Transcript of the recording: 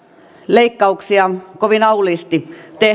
leikkauksia kovin auliisti tehnyt